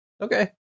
okay